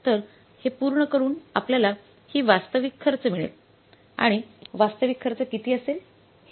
तर हे पूर्ण करून आपल्याला ही वास्तविक खर्च मिळेल आणि वास्तविक खर्च किती असेल